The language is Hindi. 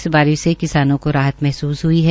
इस बारिश से किसानों को राहत महसूस ह्ई है